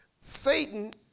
Satan